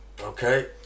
Okay